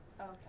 Okay